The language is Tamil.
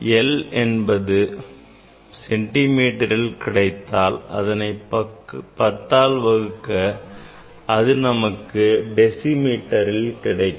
l மதிப்பு சென்டி மீட்டரில் கிடைத்தால் அதனை பத்தால் வகுக்க அது நமக்கு டெசி மீட்டரில் கிடைக்கும்